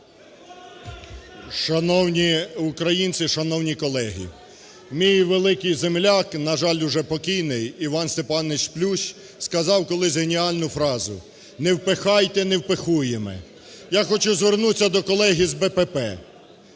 Шановні українці! Шановні колеги! Мій великий земляк, на жаль, уже покійний Іван Степанович Плющ, сказав колись геніальну фразу: "Не впихайте невпихуєме". Я хочу звернутись до колег із БПП.